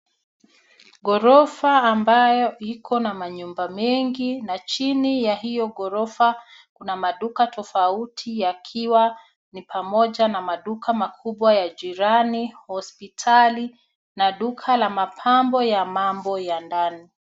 Ghorofa ambayo iko na manyumba mengi na chini ya hiyo ghorofa kuna maduka tofauti yakiwa ni pamoja na maduka makubwa ya jirani, hospitali na duka la mapambo ya mambo ya ndani.